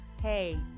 hey